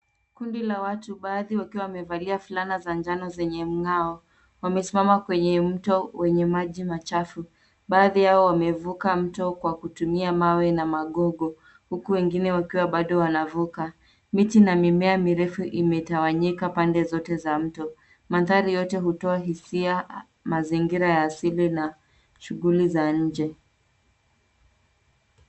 Kundi la watu baadhi wakiwa wamevalia fulana za njano zenye mng'ao, wamesimama kwenye mto wenye maji machafu. Baadhi yao wamevuka mto kwa kutumia mawe na magogo, huku wengine wakiwa bado wanavuka. Miti na mimea mirefu imetawanyika pande zote za mto, mandhari yote hutoa hisia, mazingira ya asili na shughuli za nje.